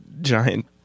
giant